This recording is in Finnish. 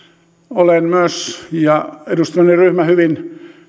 olen myös ja edustamani ryhmä hyvin